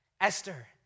Esther